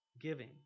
giving